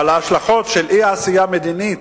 אבל ההשלכות של אי-עשייה מדינית,